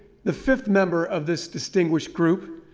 the fifth member of this distinguished group,